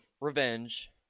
revenge